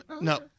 No